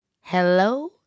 Hello